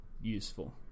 useful